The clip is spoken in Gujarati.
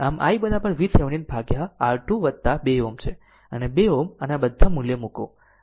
આમ i VThevenin ભાગ્યા R22 Ω છે આ 2 Ω અને આ બધા મૂલ્ય મૂકો